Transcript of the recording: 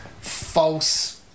false